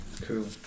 Cool